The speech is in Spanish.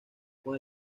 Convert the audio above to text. con